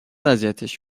اذیتش